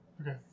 okay